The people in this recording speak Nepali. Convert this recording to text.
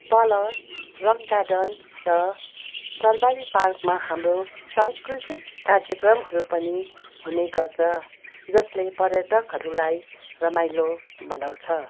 तल रक गार्डन र सर्बारी पार्कमा हाम्रो सांस्कृतिक कार्यक्रमहरू पनि हुने गर्छ जसले पर्यटकहरूलाई रमाइलो बनाउँछ